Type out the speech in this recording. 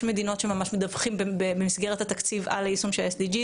יש מדינות שממש מדווחים במסגרת התקציב על היישום של ה-SDG,